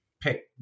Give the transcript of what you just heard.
pick